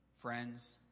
Friends